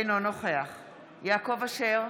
אינו נוכח יעקב אשר,